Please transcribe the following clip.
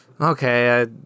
okay